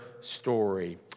story